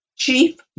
chief